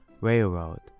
railroad